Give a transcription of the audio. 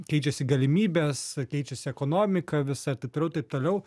keičiasi galimybės keičiasi ekonomika visa taip toliau taip toliau